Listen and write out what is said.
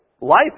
life